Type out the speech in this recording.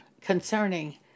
concerning